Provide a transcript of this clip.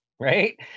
right